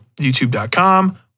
youtube.com